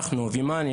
אנחנו ומניה,